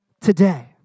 today